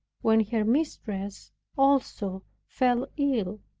when her mistress also fell ill.